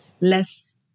less